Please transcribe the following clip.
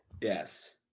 Yes